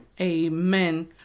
Amen